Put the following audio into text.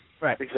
Right